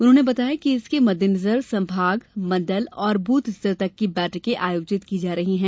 उन्होंने बताया कि इसके मद्देनजर संभाग मंडल और बूथ स्तर तक की बैठके आयोजित की जा रही हैं